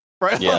Right